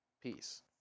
Peace